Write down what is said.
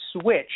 switch